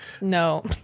No